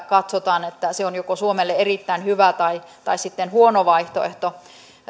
katsotaan että se on suomelle joko erittäin hyvä tai tai sitten huono vaihtoehto